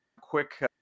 quick